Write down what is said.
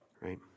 right